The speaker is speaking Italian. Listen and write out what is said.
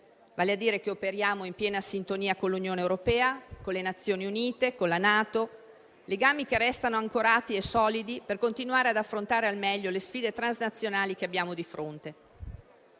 vale a dire che operiamo in piena sintonia con l'Unione europea, con le Nazioni Unite, con la NATO: legami che restano ancorati e solidi per continuare ad affrontare al meglio le sfide transazionali che abbiamo di fronte.